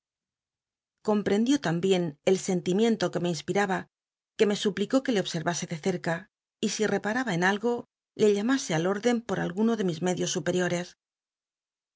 tan bien el senti que me inspiaba que me suplicó que le obsel'lasc de cerca y si reparaba en algo le llanhi c al órden por alguno de mis medios supcliores